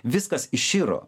viskas iširo